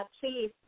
please